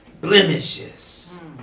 blemishes